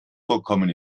vorkommen